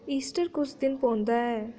Easter कुस दिन पौंदा ऐ